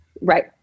right